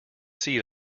see